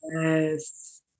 Yes